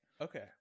Okay